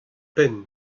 penn